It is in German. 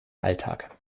alltag